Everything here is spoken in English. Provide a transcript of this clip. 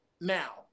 now